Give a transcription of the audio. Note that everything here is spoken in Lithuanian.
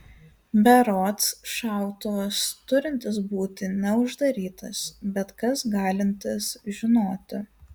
berods šautuvas turintis būti neuždarytas bet kas galintis žinoti